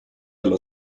allo